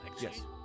Yes